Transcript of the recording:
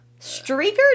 Streaker